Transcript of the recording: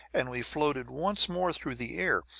and we floated once more through the air.